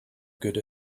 good